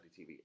TV